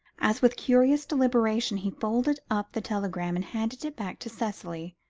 as with curious deliberation he folded up the telegram, and handed it back to cicely.